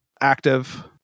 active